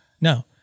no